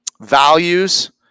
values